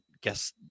guess